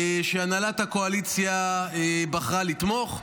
והנהלת הקואליציה בחרה לתמוך.